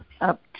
up